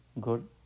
good